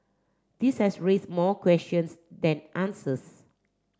this has raise more questions than answers